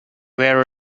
were